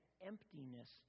emptiness